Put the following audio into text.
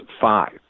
five